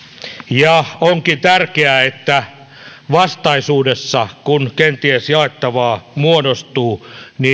ja onkin tärkeää että vastaisuudessa kun kenties jaettavaa muodostuu